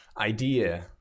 idea